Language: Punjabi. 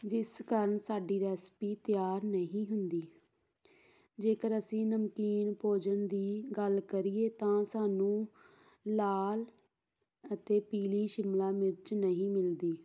ਜਿਸ ਕਾਰਨ ਸਾਡੀ ਰੈਸਪੀ ਤਿਆਰ ਨਹੀਂ ਹੁੰਦੀ ਜੇਕਰ ਅਸੀਂ ਨਮਕੀਨ ਭੋਜਨ ਦੀ ਗੱਲ ਕਰੀਏ ਤਾਂ ਸਾਨੂੰ ਲਾਲ ਅਤੇ ਪੀਲੀ ਸ਼ਿਮਲਾ ਮਿਰਚ ਨਹੀਂ ਮਿਲਦੀ